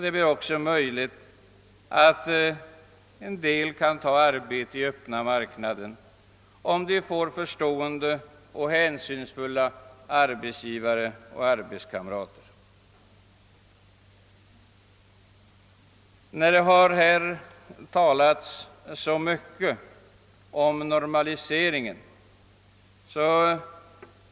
Det är ock så möjligt för en del att ta arbete i öppna marknaden, om de får förstående och hänsynsfulla arbetsgivare och arbetskamrater. Det har här talats mycket om normalisering.